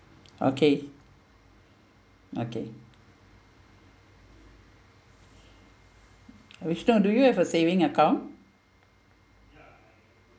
okay okay do you have a saving account